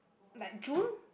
like June